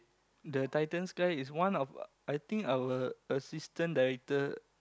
the titans guy is one of I think our assistant director